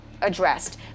addressed